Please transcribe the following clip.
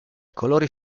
colori